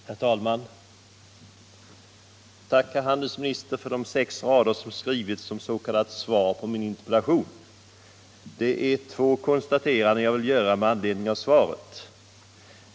Herr talman! Tack, herr handelsminister, för de sex rader som skrivits som s.k. svar på min interpellation. Det är två konstateranden jag vill göra med anledning av svaret.